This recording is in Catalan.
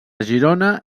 girona